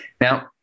Now